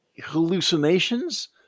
hallucinations